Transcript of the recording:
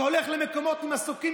אתה הולך למקומות עם מסוקים,